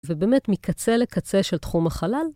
ובאמת מקצה לקצה של תחום החלל.